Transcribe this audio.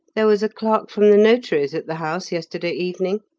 there was a clerk from the notary's at the house yesterday evening,